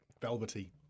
velvety